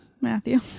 Matthew